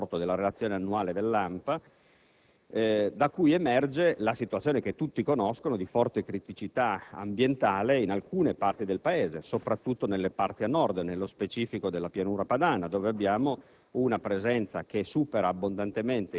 È di questi giorni la pubblicazione della relazione annuale dell'ANPA, da cui emerge la situazione - che tutti conoscono - di forte criticità ambientale in alcune parti del Paese, soprattutto al Nord, nello specifico della Pianura padana. Lì abbiamo